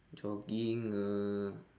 jogging uh